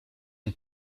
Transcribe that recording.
une